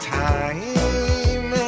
time